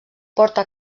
porta